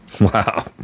Wow